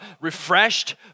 refreshed